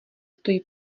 stojí